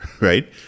right